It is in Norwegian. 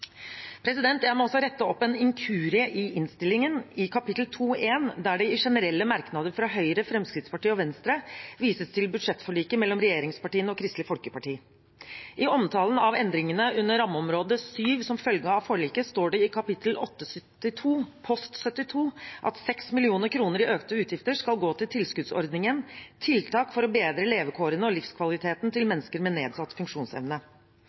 Jeg må også rette opp en inkurie i innstillingen, i kapittel 2.1, der det i generelle merknader fra Høyre, Fremskrittspartiet og Venstre vises til budsjettforliket mellom regjeringspartiene og Kristelig Folkeparti. I omtalen av endringene under rammeområde 7 som følge av forliket, står det i kapittel 872 post 72 at 6 mill. kr i økte utgifter skal gå til tilskuddsordningen Tiltak for å bedre levekårene og livskvaliteten til mennesker med nedsatt funksjonsevne.